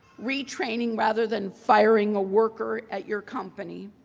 retraining rather than firing a worker at your company,